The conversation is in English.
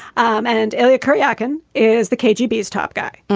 um and illya kuryakin is the kgb is top guy.